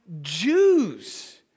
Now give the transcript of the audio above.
Jews